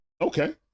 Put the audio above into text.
Okay